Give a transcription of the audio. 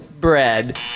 Bread